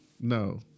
No